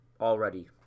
already